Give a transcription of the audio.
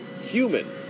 human